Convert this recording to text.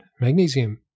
magnesium